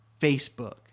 facebook